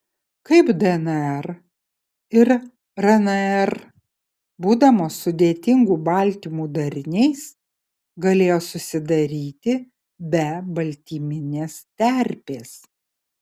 kaip dnr ir rnr būdamos sudėtingų baltymų dariniais galėjo susidaryti be baltyminės terpės